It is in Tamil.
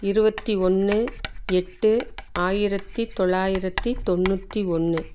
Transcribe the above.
இருபத்தி ஒன்று எட்டு ஆயிரத்து தொள்ளாயிரத்தி தொண்ணூற்றி ஒன்று